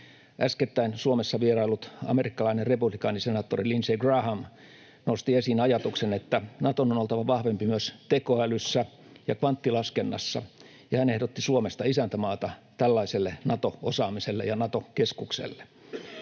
Äskettäin Suomessa vieraillut amerikkalainen republikaanisenaattori Lindsey Graham nosti esiin ajatuksen, että Naton on oltava vahvempi myös tekoälyssä ja kvanttilaskennassa, ja hän ehdotti Suomesta isäntämaata tällaiselle Nato-osaamiselle ja Nato-keskukselle.